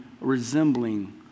resembling